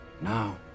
Now